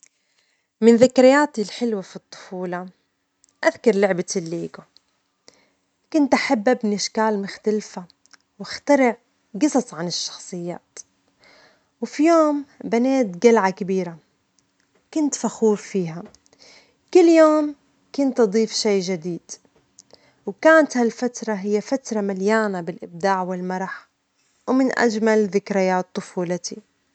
من ذكرياتي الحلوة في الطفولة أذكر لعبة الليجو كنت أحب أبني أشكال مختلفة وأخترع جصص عن الشخصيات، وفي يوم بنيت جلعة كبيرة كنت فخور فيها، كل يوم كنت أضيف شيء جديد، وكانت هالفترة هي فترة مليانة بالإبداع، والمرح، ومن أجمل ذكريات طفولتي.